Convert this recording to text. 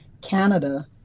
Canada